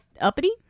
uppity